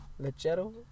Lechero